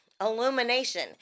illumination